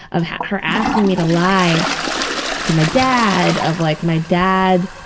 of her asking me to lie to my dad of like my dad,